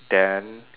then